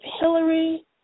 Hillary